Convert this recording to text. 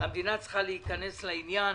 המדינה צריכה להיכנס לעניין,